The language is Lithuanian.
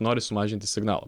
nori sumažinti signalo